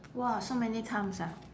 !wah! so many times ah